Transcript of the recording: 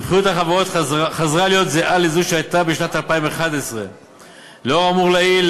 רווחיות החברות חזרה להיות זהה לזו שהייתה בשנת 2011. לאור האמור לעיל,